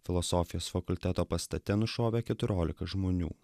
filosofijos fakulteto pastate nušovė keturiolika žmonių